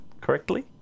correctly